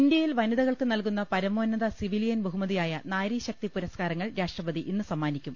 ഇന്ത്യയിൽ വനിതകൾക്ക് നൽകുന്ന പരമോന്നത സിവിലി യൻ ബഹുമതിയായ നാരി ശക്തി പുരസ്കാരങ്ങൾ രാഷ്ട്രപതി ഇന്ന് സമ്മാനിക്കും